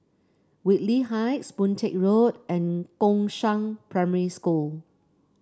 Whitley Heights Boon Teck Road and Gongshang Primary School